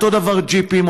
אותו הדבר ג'יפים,